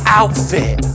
outfit